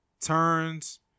turns